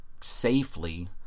safely